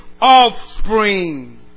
offspring